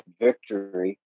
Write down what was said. Victory